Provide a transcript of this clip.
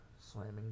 slamming